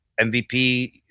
MVP